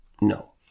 no